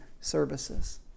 services